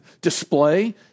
display